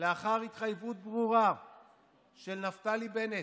לאחר התחייבות ברורה של נפתלי בנט,